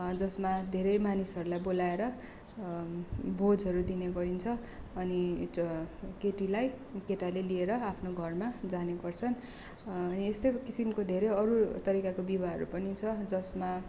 जसमा धेरै मानिसहरूलाई बोलाएर भोजहरू दिने गरिन्छ अनि केटीलाई केटाले लिएर आफ्नो घरमा जाने गर्छन् यस्तै किसिमको धेरै अरू तरिकाको विवाहहरू पनि छ जसमा